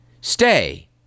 stay